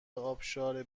ابشار